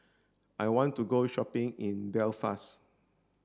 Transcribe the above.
I want to go shopping in Belfast